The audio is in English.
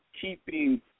keeping